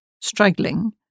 struggling